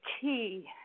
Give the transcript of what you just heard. key